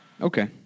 Okay